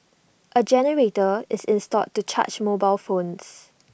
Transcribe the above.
A generator is installed to charge mobile phones